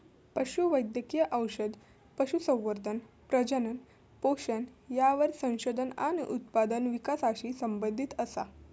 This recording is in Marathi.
पशु वैद्यकिय औषध, पशुसंवर्धन, प्रजनन, पोषण यावर संशोधन आणि उत्पादन विकासाशी संबंधीत असा